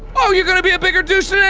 oh, you are gonna be a bigger douche